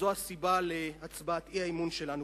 וזו הסיבה להצבעת האי-אמון שלנו.